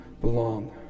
belong